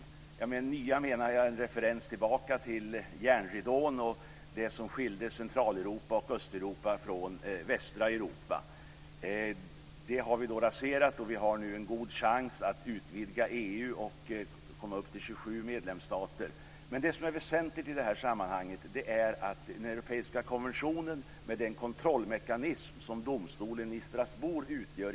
Med nya menar jag en referens tillbaka till järnridån och det som skilde Centraleuropa och Östeuropa från västra Europa. Det har vi raserat. Vi har nu en god chans att utvidga EU och komma upp till 27 medlemsstater. Det som är väsentligt i det här sammanhanget är den europeiska konventionen och den kontrollmekanism som domstolen i Strasbourg utgör.